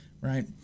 right